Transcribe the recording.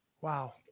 Wow